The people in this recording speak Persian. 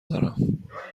دارم